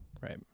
Right